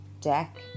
deck